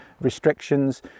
restrictions